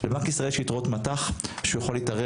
לבנק ישראל יש יתרות מט"ח שהוא יכול להתערב